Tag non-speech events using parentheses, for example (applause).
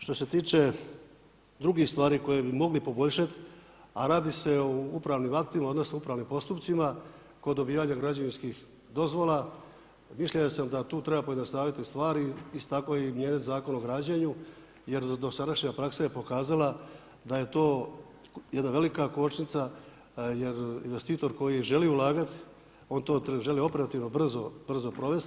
Što se tiče drugih stvari koje bi mogli poboljšati, a radi se o upravnim aktima, odnosno upravnim postupcima kod dobivanja građevinskih dozvola, mišljenja sam da tu treba pojednostaviti stvari ... (unintelligible) Zakon o građenju jer dosadašnja praksa je pokazala da je to jedna velika kočnica jer investitor koji želi ulagati, on to želi operativno, brzo provesti.